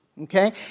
okay